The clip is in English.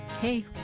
hey